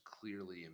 clearly